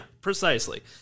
precisely